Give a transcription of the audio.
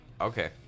Okay